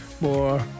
more